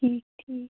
ٹھیٖک ٹھیٖک